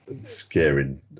scaring